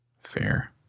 fair